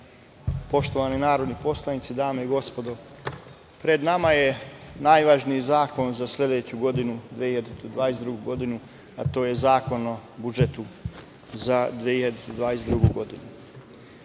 poštovani narodni poslanici, dame i gospodo, pred nama je najvažniji zakon za sledeću 2022. godinu, a to je Zakon o budžetu za 2022. godinu.U